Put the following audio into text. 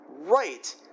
right